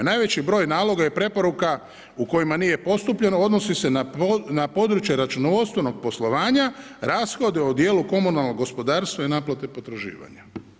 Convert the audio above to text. Najveći broj naloga i preporuka u kojima nije postupljeno odnosi se na područje računovodstvenog poslovanja, rashode u dijelu komunalnog gospodarstva i naplate potraživanja.